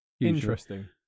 Interesting